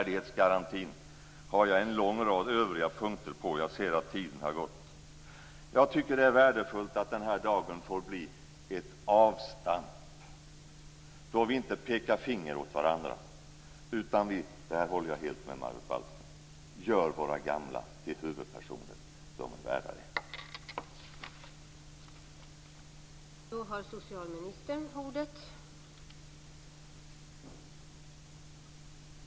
Jag har en lång rad övriga punkter på värdighetsgarantin, men jag ser att min taletid snart är slut. Jag tycker att det är värdefullt att den här dagen får bli ett avstamp då vi inte pekar finger åt varandra utan gör - där håller jag helt med Margot Wallström - våra gamla till huvudpersoner. De är värda det!